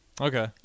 Okay